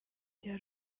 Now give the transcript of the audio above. rya